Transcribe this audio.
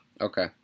Okay